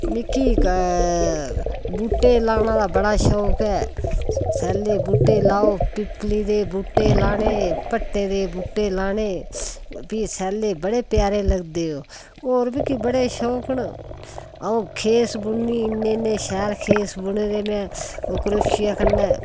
मिगी बूह्ट्टे लाने दा बड़ा शौक ऐ सैल्ले बूह्ट्टे लाओ पिपली दे बूह्टे लाने भट्टें दे बूह्ट्टे लाने फ्ही सैल्ले बड़े प्यारे लगदे ओह् होर बी बड़े शौक न अ'ऊं खेस बुननी इन्ने इन्ने शैल खेस बुने दे में करोशियै कन्नै